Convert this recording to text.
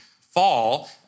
Fall